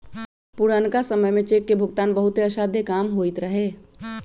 पुरनका समय में चेक के भुगतान बहुते असाध्य काम होइत रहै